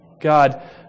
God